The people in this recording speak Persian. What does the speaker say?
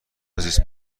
زیست